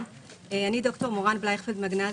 הוא מהלך מבורך,